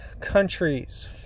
countries